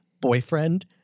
boyfriend